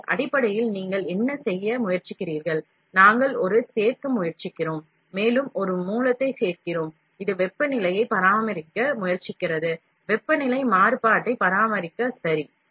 எனவே அடிப்படையில் நீங்கள் என்ன செய்ய முயற்சிக்கிறீர்கள் நாங்கள் ஒரு மூலத்தைச் சேர்க்க முயற்சிக்கிறோம் மேலும் ஒரு மூலத்தைச் சேர்க்கிறோம் இது வெப்பநிலையை பராமரிக்க முயற்சிக்கிறது வெப்பநிலை மாறுபாட்டைப் பராமரிக்கவும் சரி